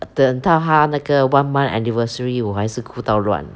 等到他那个 one month anniversary 我还是哭到软